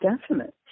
definite